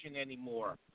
anymore